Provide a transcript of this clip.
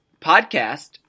podcast